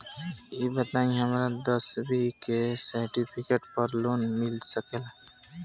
ई बताई हमरा दसवीं के सेर्टफिकेट पर लोन मिल सकेला?